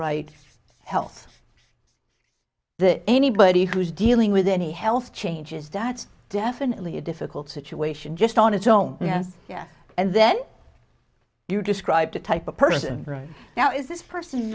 write health that anybody who's dealing with any health changes diets definitely a difficult situation just on its own yes yes and then you describe the type of person right now is this person